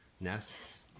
nests